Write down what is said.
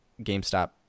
GameStop